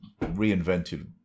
reinvented